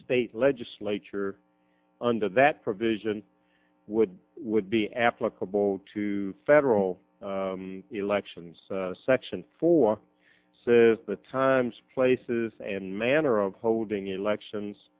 state legislature under that provision would would be applicable to federal elections section four says the times places and manner of holding elections